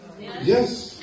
Yes